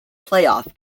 playoff